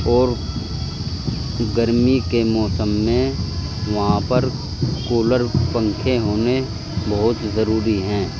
اور گرمی کے موسم میں وہاں پر کولر پنکھے ہونے بہت ضروری ہیں